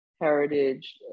heritage